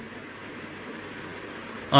dSdt V